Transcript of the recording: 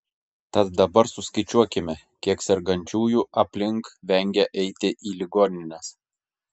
tad dabar suskaičiuokime kiek sergančiųjų aplink vengia eiti į ligonines